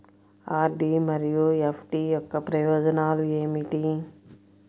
RD మరియు FD యొక్క ప్రయోజనాలు ఏమిటి?